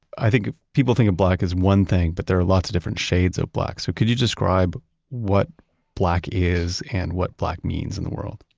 i think people think of black as one thing, but there are lots of different shades of black. so could you describe what black is and what black means in the world?